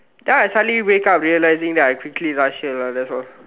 then I suddenly wake up realising that I quickly rush here lah that's all